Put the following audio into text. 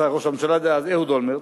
השר וראש הממשלה דאז אהוד אולמרט.